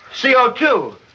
CO2